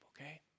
okay